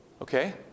Okay